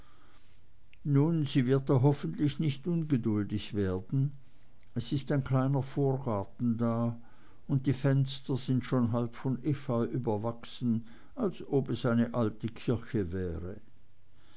nun sie wird da hoffentlich nicht ungeduldig werden es ist ein kleiner vorgarten da und die fenster sind schon halb von efeu überwachsen als ob es eine alte kirche wäre